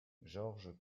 georges